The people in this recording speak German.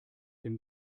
dem